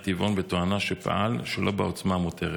טבעון בתואנה שפעל שלא בעוצמה המותרת,